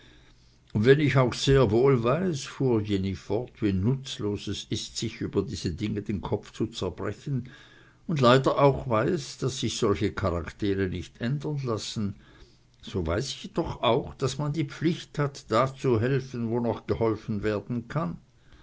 und wenn ich auch sehr wohl weiß fuhr jenny fort wie nutzlos es ist sich über diese dinge den kopf zu zerbrechen und leider auch weiß daß sich solche charaktere nicht ändern lassen so weiß ich doch auch daß man die pflicht hat da zu helfen wo noch geholfen werden kann